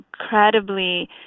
incredibly